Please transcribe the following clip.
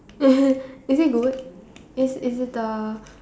is it good is is it the